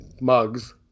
mugs